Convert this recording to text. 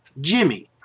Jimmy